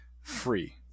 free